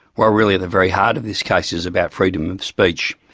well really the very heart of this case is about freedom of speech,